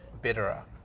bitterer